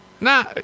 Nah